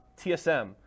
tsm